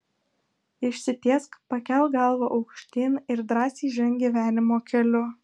išsitiesk pakelk galvą aukštyn ir drąsiai ženk gyvenimo keliu